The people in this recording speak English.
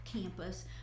campus